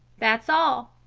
that's all!